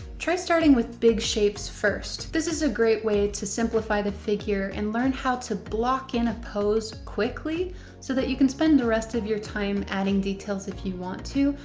try starting with big shapes first. this is a great way to simplify the figure and learn how to block in a pose quickly so that you can spend the rest of your time adding details if you want to,